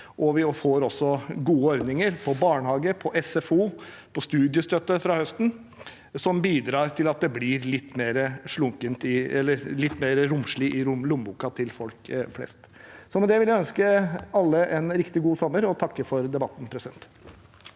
Vi får også gode ordninger for barnehage, SFO og studiestøtte fra høsten som bidrar til at det blir litt mer romslig i lommeboka til folk flest. – Med det vil jeg ønske alle en riktig god sommer og takke for debatten.